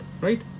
right